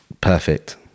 perfect